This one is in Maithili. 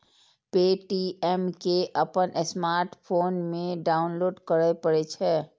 पे.टी.एम कें अपन स्मार्टफोन मे डाउनलोड करय पड़ै छै